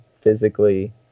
physically